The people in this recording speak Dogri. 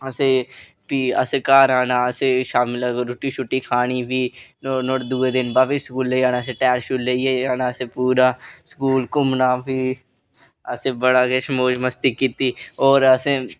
असे भी असें घर आना असें ते शामीं लै रुट्टी खानी प्ही नुहाड़े दूए दिन स्कूलै गी जाना टायर लेइयै जाना प्ही पूरे स्कूल घुम्मना प्ही असें बड़ा किश मौज़ मस्ती कीती होर असें